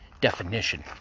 definition